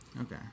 Okay